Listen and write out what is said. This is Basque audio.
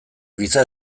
giza